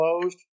closed